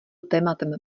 tématem